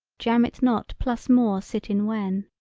jam it not plus more sit in when.